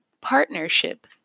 partnership